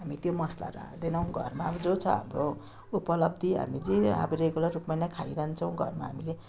हामी त्यो मसलाहरू हाल्दैनौँ घरमा अब जो छ हाम्रो उपलब्धि हामी जे अब रेगुलार रूपमा नै खाइरान्छौँ घरमा हामीले